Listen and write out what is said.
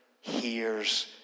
hears